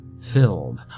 Filled